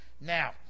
Now